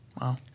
Wow